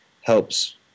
helps